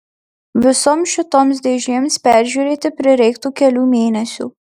visoms šitoms dėžėms peržiūrėti prireiktų kelių mėnesių